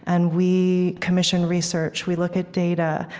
and we commission research. we look at data.